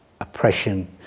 oppression